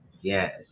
Yes